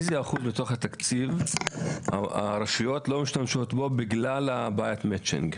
באיזה אחוז מתוך התקציב הרשויות לא משתמשות בו בגלל בעיית המצ'ינג?